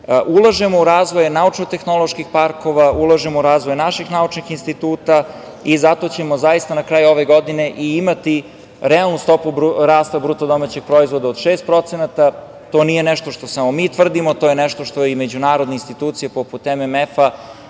ulažemo u razvoj naučno-tehnološke parkove, ulažemo u razvoj naših naučnih instituta i zato ćemo zaista na kraju ove godine i imati realnu stopu rasta BDP od 6%. To nije nešto što samo mi tvrdimo. To je nešto što i međunarodne institucije poput MMF